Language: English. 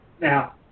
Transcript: Now